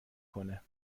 کنه